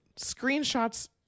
screenshots